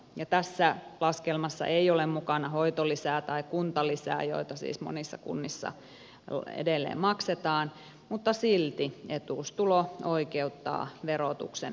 ja tässä laskelmassa ei ole mukana hoitolisää tai kuntalisää joita siis monissa kunnissa edelleen maksetaan mutta silti etuustulo oikeuttaa verotuksen täyteen lapsivähennykseen